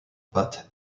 but